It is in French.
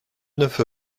neuf